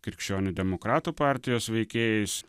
krikščionių demokratų partijos veikėjais